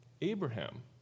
Abraham